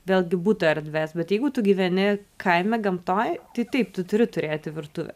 vėlgi butų erdves bet jeigu tu gyveni kaime gamtoj tai taip tu turi turėti virtuvę